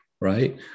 right